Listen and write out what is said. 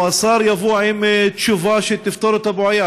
השר יבוא עם תשובה שתפתור את הבעיה.